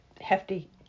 hefty